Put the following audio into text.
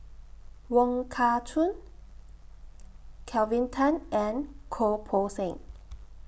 Wong Kah Chun Kelvin Tan and Goh Poh Seng